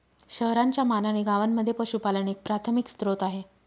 शहरांच्या मानाने गावांमध्ये पशुपालन एक प्राथमिक स्त्रोत आहे